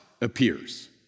appears